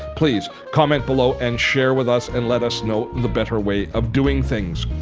please comment below, and share with us and let us know the better way of doing things.